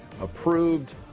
approved